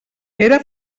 era